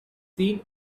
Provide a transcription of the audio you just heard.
seen